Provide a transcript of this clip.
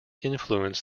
influence